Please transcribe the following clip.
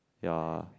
ya